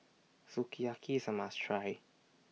Sukiyaki IS A must Try